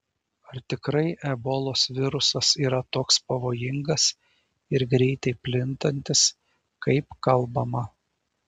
ar tikrai ebolos virusas yra toks pavojingas ir greitai plintantis kaip kalbama